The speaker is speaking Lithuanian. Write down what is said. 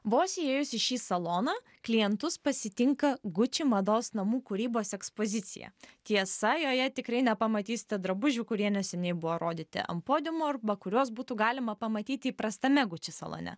vos įėjus į šį saloną klientus pasitinka gucci mados namų kūrybos ekspozicija tiesa joje tikrai nepamatysite drabužių kurie neseniai buvo rodyti ant podiumo arba kuriuos būtų galima pamatyti įprastame gucci salone